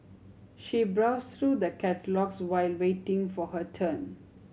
she browse through the catalogues while waiting for her turn